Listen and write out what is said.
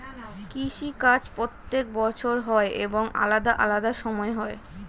কৃষি কাজ প্রত্যেক বছর হয় এবং আলাদা আলাদা সময় হয়